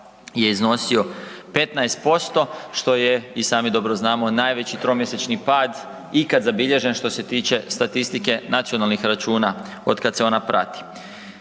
je iznosio 15% što je i sami dobro znamo, najveći tromjesečni pad ikad zabilježen što se tiče statistike nacionalnih računa od kada se ona prati.